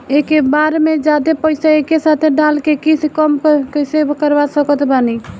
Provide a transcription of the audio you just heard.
एके बार मे जादे पईसा एके साथे डाल के किश्त कम कैसे करवा सकत बानी?